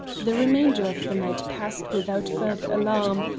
the remainder of the night passed without further alarm,